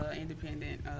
independent